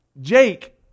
Jake